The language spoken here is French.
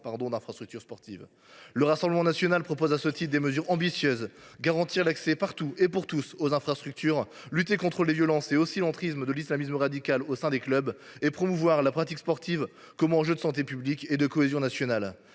d’infrastructures sportives. Le rassemblement national propose à ce titre des mesures ambitieuses : garantir l’accès partout et pour tous aux infrastructures, lutter contre les violences et l’entrisme de l’islamisme radical au sein des clubs, et promouvoir la pratique sportive comme enjeu de santé publique et de cohésion nationale.